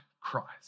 Christ